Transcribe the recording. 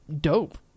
Dope